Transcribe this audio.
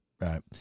Right